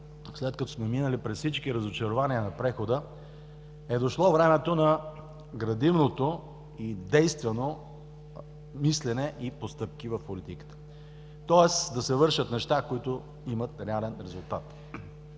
след като сме минали през всички разочарования на прехода, е дошло времето на градивното и действено мислене и постъпки в политиката, тоест да се вършат неща, които имат реален резултат.